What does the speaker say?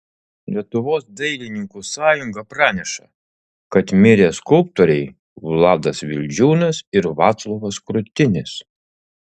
lietuvos dailininkų sąjunga praneša kad mirė skulptoriai vladas vildžiūnas ir vaclovas krutinis